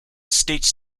states